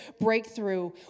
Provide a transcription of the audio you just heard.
breakthrough